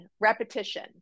repetition